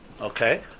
Okay